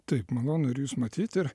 taip malonu ir jus matyti